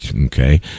okay